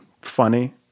funny